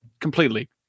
completely